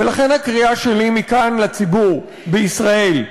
ולכן הקריאה שלי מכאן לציבור בישראל: